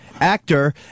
actor